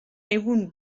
egun